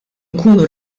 nkunu